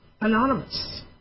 Anonymous